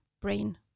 brain